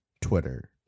Twitter